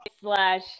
slash